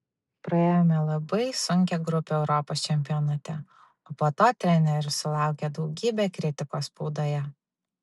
praėjome labai sunkią grupę europos čempionate o po to treneris sulaukė daugybę kritikos spaudoje